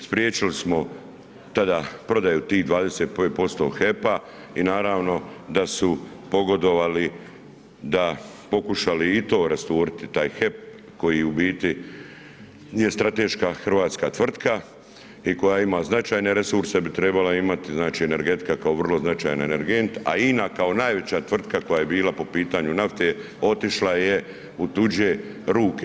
Spriječili smo tada prodaju tih 25% HEP-a i naravno da su pogodovali da, pokušali i to rasturiti, taj HEP koji u biti je strateška hrvatska tvrtka i koja ima značajne resurse bi trebala imati, znači energetika kao vrlo značajni energent, a INA, kao najveća tvrtka koje je bila po pitanju nafte, otišla je u tuđe ruke.